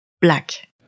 black